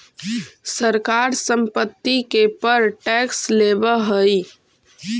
सरकार संपत्ति के पर टैक्स लेवऽ हई